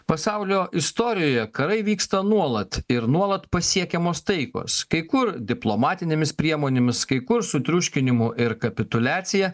pasaulio istorijoje karai vyksta nuolat ir nuolat pasiekiamos taikos kai kur diplomatinėmis priemonėmis kai kur su triuškinimu ir kapituliacija